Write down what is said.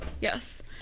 yes